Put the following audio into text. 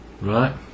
right